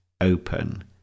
open